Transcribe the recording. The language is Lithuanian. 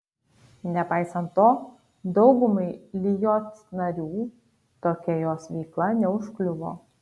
nepaisant to daugumai lijot narių tokia jos veikla neužkliuvo